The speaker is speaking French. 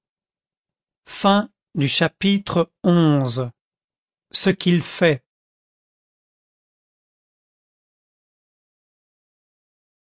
chapitre xi ce qu'il fait